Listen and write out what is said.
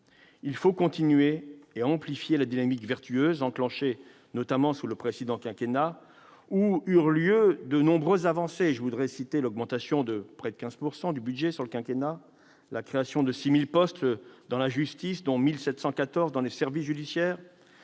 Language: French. Il faut continuer et amplifier la dynamique vertueuse enclenchée, notamment sous le précédent quinquennat, qui a permis de nombreuses avancées : l'augmentation de près de 15 % du budget en cinq ans ; la création de 6 000 postes dans la justice, dont 1 714 dans les services judiciaires